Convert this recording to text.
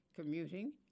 commuting